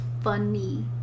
funny